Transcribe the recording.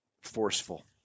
forceful